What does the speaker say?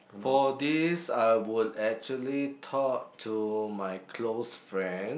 for this I would actually talk to my close friend